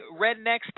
Rednecks